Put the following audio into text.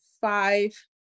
five